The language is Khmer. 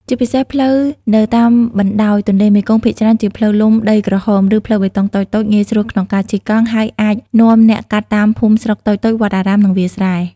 ជាពិសេស ផ្លូវនៅតាមបណ្តោយទន្លេមេគង្គភាគច្រើនជាផ្លូវលំដីក្រហម ឬផ្លូវបេតុងតូចៗងាយស្រួលក្នុងការជិះកង់ ហើយអាចនាំអ្នកកាត់តាមភូមិស្រុកតូចៗ វត្តអារាម និងវាលស្រែ។